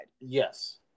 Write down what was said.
Yes